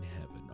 Heaven